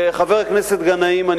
חבר הכנסת גנאים,